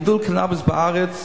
גידול קנאביס בארץ,